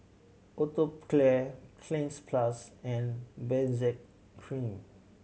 Atopiclair Cleanz Plus and Benzac Cream